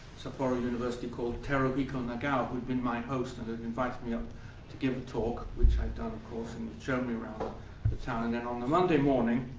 sapporo university called terahiko negao, who had been my host and had invited me up to give a talk, which i'd done, of course, and he'd shown me around the town. and then on the monday morning,